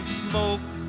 smoke